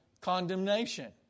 condemnation